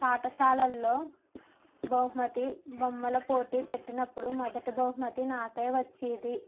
పాఠశాలల్లో బహుమతి బొమ్మల పోటీ పెట్టినప్పుడు మొదటి బహుమతి నాకే వచ్చేది